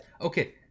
Okay